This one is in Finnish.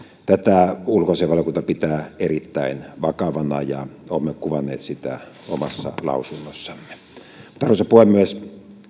tätä ulkoasiainvaliokunta pitää erittäin vakavana ja olemme kuvanneet sitä omassa lausunnossamme arvoisa puhemies